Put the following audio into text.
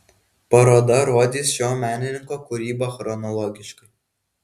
paroda rodys šio menininko kūrybą chronologiškai